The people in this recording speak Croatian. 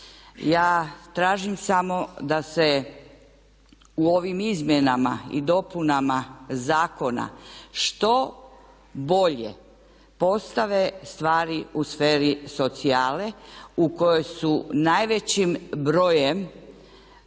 Ja tražim samo da se u ovim izmjenama i dopunama zakona što bolje postave stvari u sferi socijale u kojoj su najvećim brojem